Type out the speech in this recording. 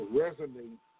resonate